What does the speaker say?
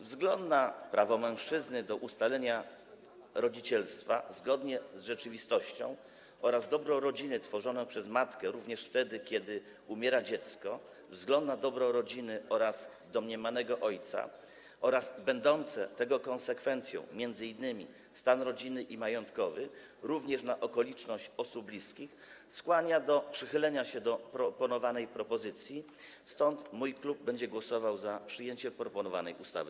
Wzgląd na prawo mężczyzny do ustalenia rodzicielstwa zgodnie z rzeczywistością oraz dobro rodziny tworzone przez matkę również wtedy, kiedy umiera dziecko, wzgląd na dobro rodziny oraz domniemanego ojca, a także będący tego konsekwencją m.in. stan rodzinny i majątkowy, również na okoliczność osób bliskich, skłania do przychylenia się do proponowanej propozycji, stąd mój klub będzie głosował za przyjęciem proponowanej ustawy.